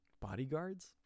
bodyguards